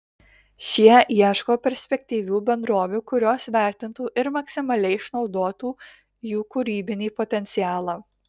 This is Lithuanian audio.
šie ieško perspektyvių bendrovių kurios vertintų ir maksimaliai išnaudotų jų kūrybinį potencialą